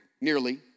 nearly